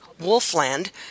Wolfland